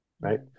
right